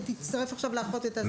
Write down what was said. תצטרף עכשיו לאחות והיא תסביר לך.